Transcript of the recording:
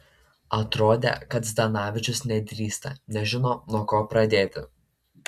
atrodė kad zdanavičius nedrįsta nežino nuo ko pradėti